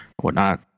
whatnot